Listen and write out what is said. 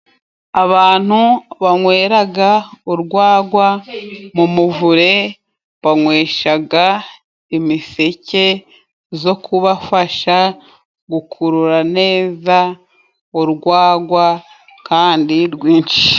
Abantu banyweraga urwagwa mu muvure, banyweshaga imiseke zo kubafasha gukurura neza urwagwa kandi rwinshi.